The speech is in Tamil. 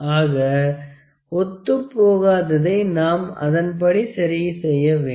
ஆக ஒத்துப்போகாததை நாம் அதன்படி சரி செய்ய வேண்டும்